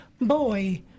boy